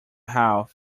health